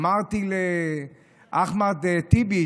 אמרתי לאחמד טיבי,